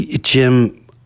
Jim